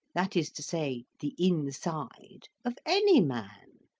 that is to say the inside, of any man?